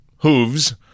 hooves